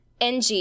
NG